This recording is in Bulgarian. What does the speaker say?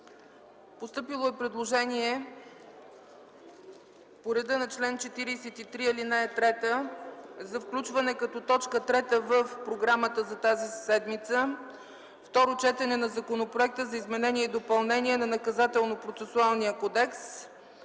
Постъпило е предложение по реда на чл. 43, ал. 3 за включване като т. 3 в програмата за тази седмица – Второ четене на Законопроекта за изменение и допълнение на Наказателно-процесуалния кодекс.